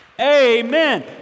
Amen